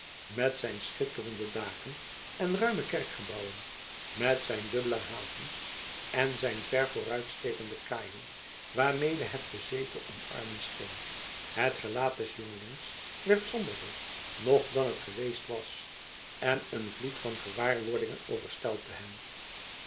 met zijn schitterende daken en ruime kerkgebouwen met zijn dubbele haven en zijn ver vooruitstekende kaaien waarmede het de zee te omarmen scheen het gelaat des jongelings werd somberder nog dan het geweest was en een vloed van gewaarwordingen overstelpte hem